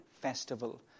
festival